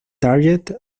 target